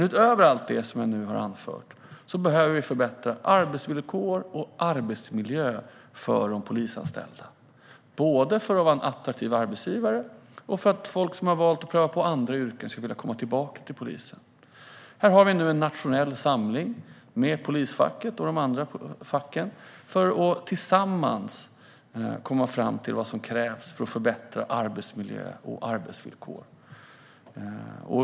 Utöver allt som jag nu har anfört behöver vi förbättra arbetsvillkor och arbetsmiljö för de polisanställda, både för att polisen ska vara en attraktiv arbetsgivare och för att folk som har valt att prova på andra yrken ska vilja komma tillbaka till polisen. Vi har nu en nationell samling med polisfacket och de andra facken för att tillsammans komma fram till vad som krävs för att förbättra arbetsmiljö och arbetsvillkor.